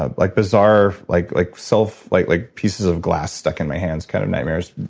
ah like bizarre, like like self, like like pieces of glass stuck in my hands kind of nightmares.